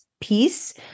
piece